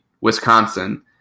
Wisconsin